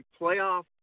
playoff